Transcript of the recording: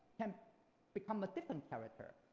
can become a different character,